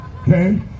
okay